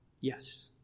Yes